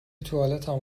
توالتم